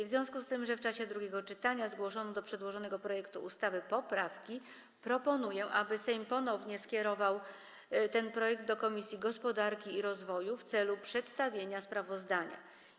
W związku z tym, że w czasie drugiego czytania zgłoszono do przedłożonego projektu ustawy poprawki, proponuję, aby Sejm ponownie skierował ten projekt do Komisji Gospodarki i Rozwoju w celu przedstawienia sprawozdania.